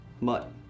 Mutt